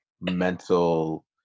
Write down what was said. mental